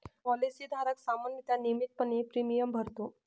policy धारक सामान्यतः नियमितपणे प्रीमियम भरतो